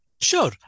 Sure